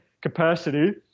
capacity